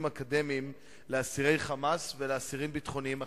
אקדמיים לאסירי "חמאס" ולאסירים ביטחוניים אחרים.